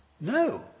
no